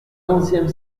onzième